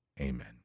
Amen